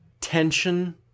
tension